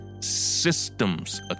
systems